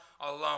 alone